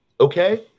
okay